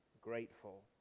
grateful